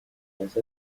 وسط